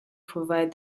provide